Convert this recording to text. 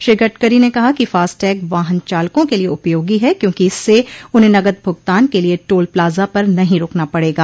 श्री गडकरी ने कहा कि फास्टैग वाहन चालकों के लिए उपयोगी है क्योंकि इससे उन्हें नकद भुगतान के लिए टोल प्लाजा पर नहीं रूकना पड़ेगा